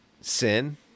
sin